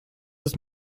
ist